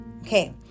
Okay